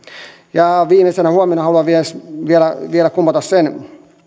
viimeisenä huomiona haluan vielä vielä kumota sen